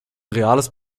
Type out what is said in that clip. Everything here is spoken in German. reales